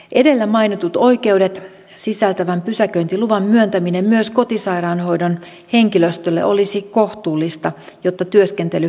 edellä mainitut oikeudet sisältävän pysäköintiluvan myöntäminen myös kotisairaanhoidon henkilöstölle olisi kohtuullista jotta työskentely kotisairaanhoidossa olisi joustavaa